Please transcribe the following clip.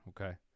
okay